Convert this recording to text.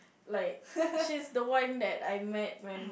like she's the one that I met when